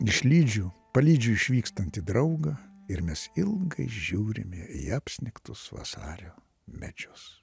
išlydžiu palydžiu išvykstantį draugą ir mes ilgai žiūrime į apsnigtus vasario medžius